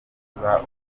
umubano